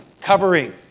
covering